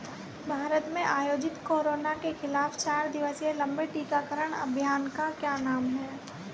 भारत में आयोजित कोरोना के खिलाफ चार दिवसीय लंबे टीकाकरण अभियान का क्या नाम है?